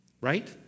right